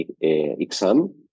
exam